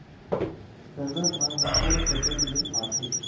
सरना धान ह कोन फसल में आथे?